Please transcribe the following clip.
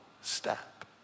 step